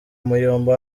muyombo